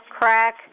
crack